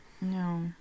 No